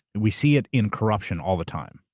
we see it in corruption all the time,